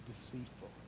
deceitful